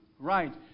Right